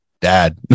dad